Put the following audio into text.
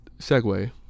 segue